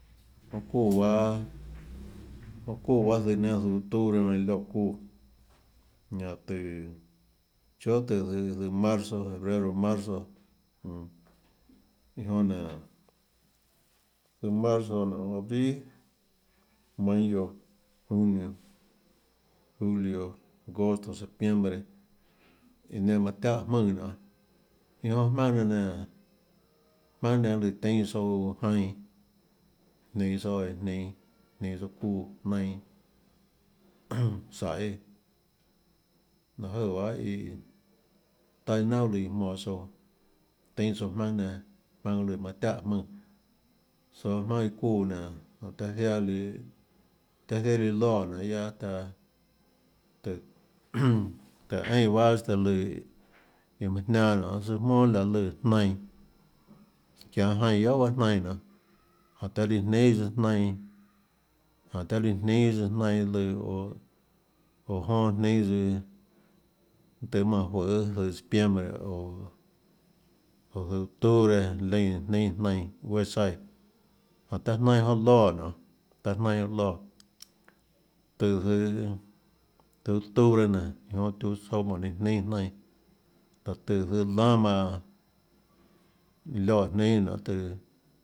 Manã çuúã bahâ manã çuúã bahâ zøhå enero octubre manã iã lioè çuúã ñanã tùhå chóà tùhå zøhå zøh marzo febrero marzo jmm iã jonã nénå zøhå marzo abril mayo junio julio agosto septiembre iã nenã manã tiáhã jmùnã nionê iã jonã jmaønâ nenã nénå jmaønâ nenã lùã teínâ tsouã jainå jninå tsouã eã jninå jninå tsouã çuuã jnainã saiê láhå jøè bahâ iã taâ iâ naunà líã jmonå tsouã teínâ tsouã jmaønâ nenã jmaønâ nenã manã tiáhã jmùnã tsoå jmaønâ iã çuúã nénå jánhå taã ziaã líã taã ziaã líã loè nonê guiaâ taã tùhå tùhå eínã bahâ este lùã iå manã jnianâ nonê søâ jmónà laê lùã jnainã çianå jainã guiohà bahâ jnainã nionê jánhå taã líã jnínâ tsøã jnainã lùã oå oå jonã jnínâ tsøã mønâ tøhê manã juøê zøhå septiembre oå zøhå octubre leínã jnínâ jnainã guéâ tsaíã jánhå taã jnainã jonã loè nionê taã jnainã loè tùhå zøhå zøhå octubre nénå iã jonã tiuã tsouã mánhå líã jnínâ jnainã láhå tùhå zøhå lánâ mánhå iã lioè jnínâ nionê tùhå.